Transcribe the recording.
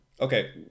Okay